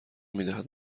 میدهد